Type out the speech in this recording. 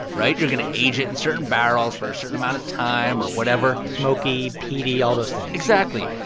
right? you're going to age it in certain barrels for a certain amount of time or whatever smoky, peaty, all those things exactly.